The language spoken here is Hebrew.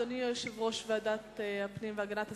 אדוני יושב-ראש ועדת הפנים והגנת הסביבה.